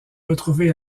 retrouvé